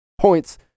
points